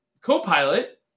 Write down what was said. copilot